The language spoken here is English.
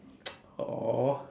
!aww!